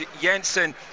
Jensen